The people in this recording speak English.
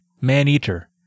Maneater